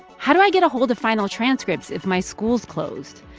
how do i get a hold of final transcripts if my school's closed?